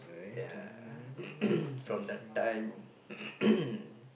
ya uh from the time